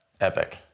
epic